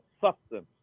substance